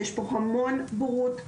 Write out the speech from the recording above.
יש פה המון בורות,